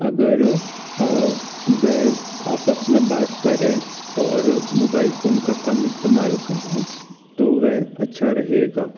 अगर वह आपस में बात करें और मुबाइल फोन का कम इस्तेमाल करें तो वह अच्छा रहेगा